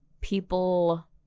people